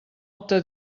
opta